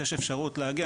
שיש אפשרות להגיע,